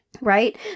Right